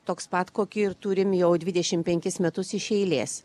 toks pat kokį ir turim jau dvidešimt penkis metus iš eilės